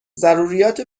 ضروریات